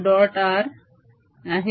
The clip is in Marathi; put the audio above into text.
r आहे